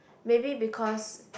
maybe because